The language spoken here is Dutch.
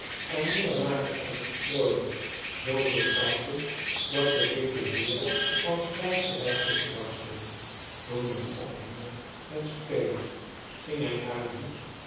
en miller maakte uit verstrooiing zooveel fouten dat de dikke heer van spijt dreigde te barsten toen men ophield met spelen ging hij naar een hoek